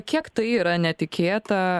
kiek tai yra netikėta